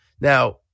Now